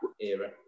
era